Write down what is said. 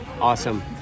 Awesome